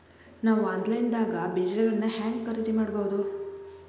ನಾವು ಆನ್ಲೈನ್ ದಾಗ ಬೇಜಗೊಳ್ನ ಹ್ಯಾಂಗ್ ಖರೇದಿ ಮಾಡಬಹುದು?